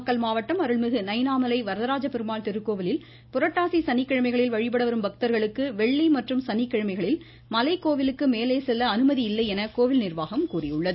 நாமக்கல் மாவட்டம் அருள்மிகு நயினாமலை வரதராஜ பெருமாள் திருக்கோவிலில் புரட்டாசி சனிக்கிழமைகளில் வழிபட வரும் பக்தர்களுக்கு வெள்ளி மற்றும் சனிக்கிழமைகளில் மலை கோவிலுக்க மேலே செல்ல அனுமதி இல்லை என கோவில் நிர்வாகம் தெரிவித்துள்ளது